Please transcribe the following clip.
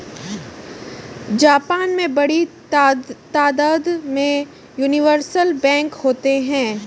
Japan में बड़ी तादाद में यूनिवर्सल बैंक होते हैं